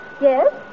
Yes